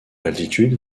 altitude